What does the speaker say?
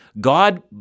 God